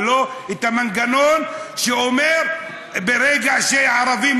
ולא את המנגנון שאומר שברגע שזה ערבי,